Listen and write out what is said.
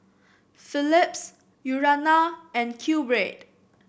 Philips Urana and QBread